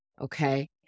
Okay